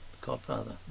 godfather